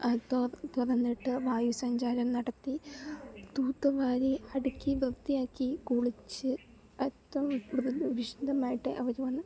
തുറന്നിട്ട് വായു സഞ്ചാരം നടത്തി തൂത്തുവാരി അടുക്കി വൃത്തിയാക്കി കുളിച്ച് അത്ര വിശുദ്ധമായിട്ടേ അവർ വന്ന്